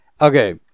Okay